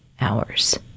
hours